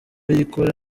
ikora